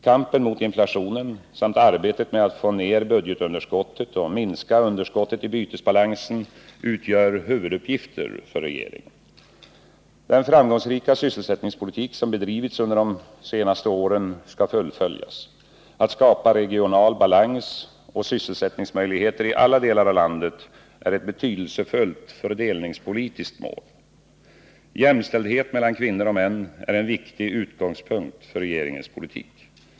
Kampen mot inflationen samt arbetet med att få ner budgetunderskottet och minska underskottet i bytesbalansen utgör huvuduppgifter för regeringen. Den framgångsrika sysselsättningspolitik som bedrivits under de senaste åren skall fullföljas. Att skapa regional balans och sysselsättningsmöjligheter i alla delar av landet är ett betydelsefullt fördelningspolitiskt mål. Jämställdhet mellan kvinnor och män är en viktig utgångspunkt för regeringens politik.